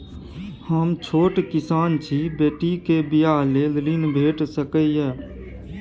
हम छोट किसान छी, बेटी के बियाह लेल ऋण भेट सकै ये?